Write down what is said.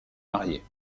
mariés